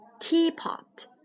teapot